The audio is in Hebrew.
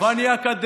וטלפון כשר?